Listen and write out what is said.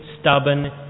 stubborn